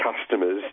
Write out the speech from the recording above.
customers